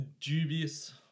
dubious